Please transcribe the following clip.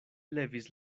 levis